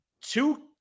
two